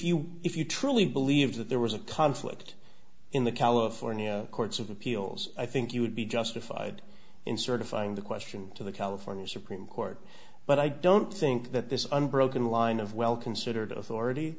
you if you truly believe that there was a conflict in the california courts of appeals i think you would be justified in certifying the question to the california supreme court but i don't think that this unbroken line of well considered